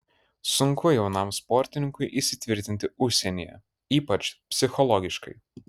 sunku jaunam sportininkui įsitvirtinti užsienyje ypač psichologiškai